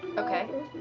okay.